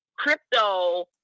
crypto